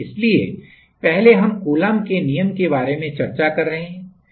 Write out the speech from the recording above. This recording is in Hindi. इसलिए पहले हम कूलम्ब के नियम के बारे में चर्चा कर रहे हैं